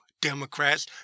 Democrats